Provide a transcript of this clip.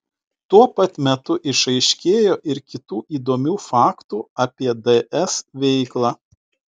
tuo pat metu išaiškėjo ir kitų įdomių faktų apie ds veiklą